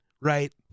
right